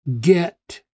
get